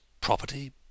Property